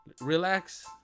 Relax